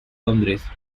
londres